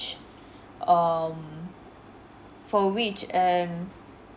um for which and